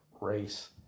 race